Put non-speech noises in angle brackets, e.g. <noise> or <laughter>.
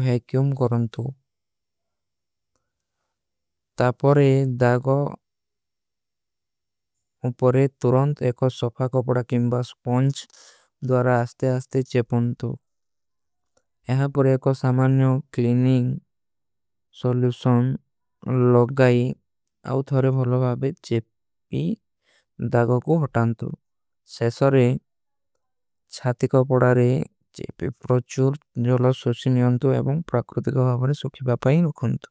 ଭୈକ୍ଯୂମ କରନତୁ ତାପରେ ଦାଗୋ। ଉପରେ ତୁରଣ୍ଟ ଏକ ସଫା କପଡା କେଂବା ସ୍ପଂଚ ଦ୍ଵାରା ଅସ୍ଥେ। ଅସ୍ଥେ ଚେପନତୁ ଏହାଁ ପର ଏକ ସାମାନ୍ଯୋ କ୍ଲିନିଂଗ ସଲୂଶନ। ଲଗାଈ ଆଉଥାରେ ଭଲୋ ଭାଵେ <hesitation> ଚେପୀ। ଦାଗୋ କୋ ହୁଟାନତୁ ସେସରେ ଛାତୀ କପଡାରେ ଚେପୀ ପ୍ରଚୂର ଜୋଲୋଡ। ସୋଚୀ ନିଯାନତୁ ଏବଂଗ ପ୍ରକୃତିକ ଭାଵରେ ସୁଖୀ ବାପାଈ ନୁଖନତୁ।